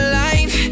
life